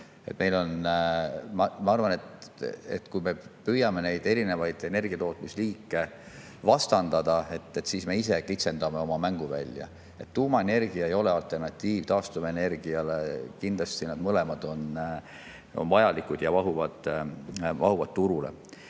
Ma arvan, et kui me püüame erinevaid energiatootmisliike vastandada, siis me kitsendame oma mänguvälja. Tuumaenergia ei ole alternatiiv taastuvenergiale. Kindlasti on mõlemad vajalikud ja mahuvad